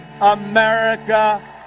America